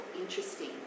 interesting